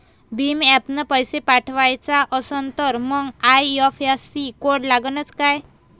भीम ॲपनं पैसे पाठवायचा असन तर मंग आय.एफ.एस.सी कोड लागनच काय?